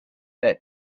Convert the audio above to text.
that